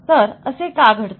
तर असे का घडते